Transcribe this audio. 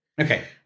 Okay